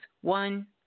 One